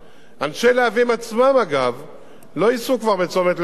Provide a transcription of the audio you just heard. לא ייסעו בצומת להבים אלא יצאו דרך המחלף החדש צפונה,